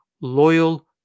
loyal